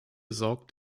sorgt